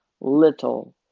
little